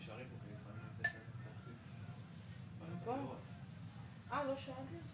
זה פסקה (2), אסור לו ל אבל השאלה היא אחרת,